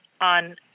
on